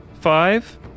five